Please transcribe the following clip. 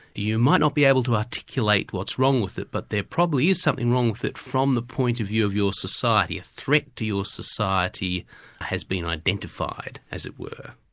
you might not be able to articulate what's wrong with it, but there probably is something wrong with it from the point of view of your society, a threat to your society has been identified, as it were.